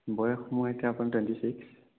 বয়স মোৰ এতিয়া আপোনাৰ টুৱেনটি ছিক্স